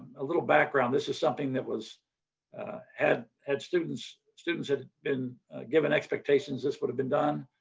a little background. this is something that was had had students students had been given expectations this would have been done.